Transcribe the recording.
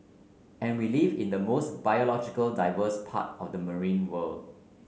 and we live in the most biological diverse part of the marine world